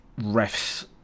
refs